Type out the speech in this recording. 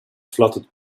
fluttered